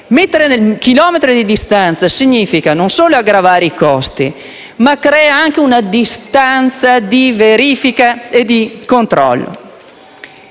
mettere chilometri di distanza significa non solo aggravare i costi, ma anche creare una distanza di verifica e controllo.